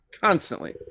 Constantly